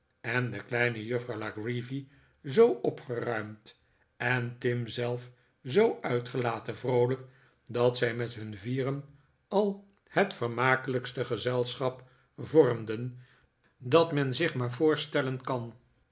en de kleine juffrouw la creevy zoo opgeruimd en tim zelf zoo uitgelaten vroolijk dat zij met hun vieren al het vermakelijkste gezelschap vormden dat men zich maar voorstellen kan